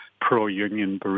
pro-union